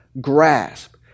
grasp